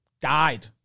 died